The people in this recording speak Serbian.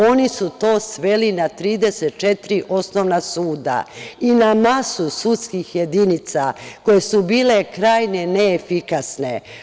Oni su to sveli na 34 osnovna suda i na masu sudskih jedinica koje su bile krajnje neefikasne.